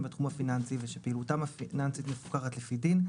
בתחום הפיננסי ושפעילותם הפיננסית מפוקחת לפי דין,